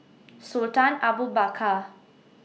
Sultan Abu Bakar